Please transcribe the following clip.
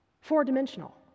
Four-dimensional